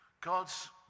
God's